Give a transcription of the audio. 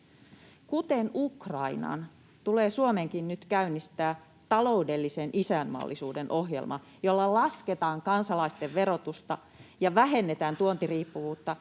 Kuten Ukrainan, tulee Suomenkin nyt käynnistää taloudellisen isänmaallisuuden ohjelma, jolla lasketaan kansalaisten verotusta ja vähennetään tuontiriippuvuutta